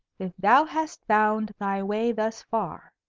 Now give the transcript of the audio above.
if thou hast found thy way thus far,